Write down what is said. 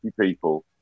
people